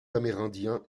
amérindiens